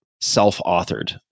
self-authored